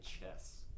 chess